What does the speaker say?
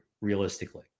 realistically